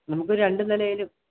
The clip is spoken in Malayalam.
നമുക്കൊരു രണ്ട് നിലയിലും